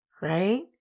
right